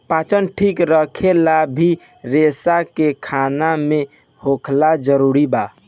पाचन ठीक रखेला भी रेसा के खाना मे होखल जरूरी बा